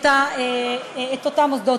החלטת